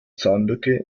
zahnlücke